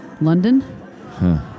London